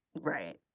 right